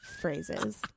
phrases